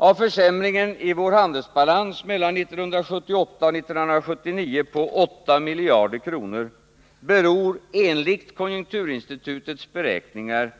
Av försämringen i vår handelsbalans på 8 miljarder kronor mellan 1978 och 1979 beror, enligt konjunkturinstitutets beräkningar,